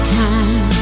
time